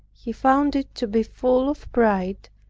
he found it to be full of pride,